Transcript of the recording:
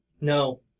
No